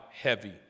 heavy